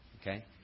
Okay